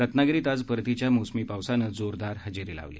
रत्नागिरीत आज परतीच्या मोसमी पावसानं जोरदार हजेरी लावली